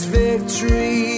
victory